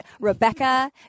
Rebecca